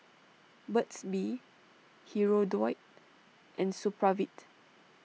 Burt's Bee Hirudoid and Supravit